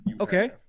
Okay